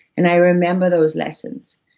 and i remember those lessons.